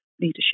Leadership